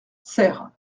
serres